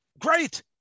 Great